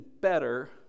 better